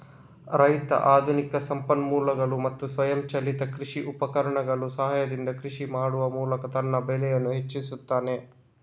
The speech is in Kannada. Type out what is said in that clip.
ರೈತ ಆಧುನಿಕ ಸಂಪನ್ಮೂಲಗಳು ಮತ್ತು ಸ್ವಯಂಚಾಲಿತ ಕೃಷಿ ಉಪಕರಣಗಳ ಸಹಾಯದಿಂದ ಕೃಷಿ ಮಾಡುವ ಮೂಲಕ ತನ್ನ ಬೆಳೆಯನ್ನು ಹೆಚ್ಚಿಸುತ್ತಾನೆ